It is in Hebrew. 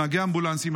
נהגי אמבולנסים,